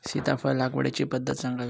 सीताफळ लागवडीची पद्धत सांगावी?